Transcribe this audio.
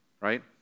right